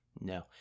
no